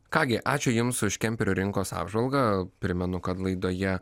ką gi ačiū jums už kemperių rinkos apžvalgą primenu kad laidoje